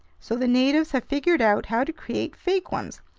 so the natives have figured out how to create fake ones,